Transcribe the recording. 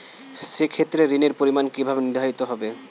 সে ক্ষেত্রে ঋণের পরিমাণ কিভাবে নির্ধারিত হবে?